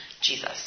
Jesus